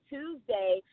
Tuesday